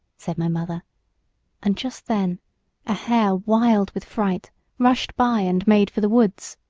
said my mother and just then a hare wild with fright rushed by and made for the woods.